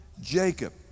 Jacob